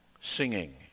singing